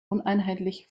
uneinheitlich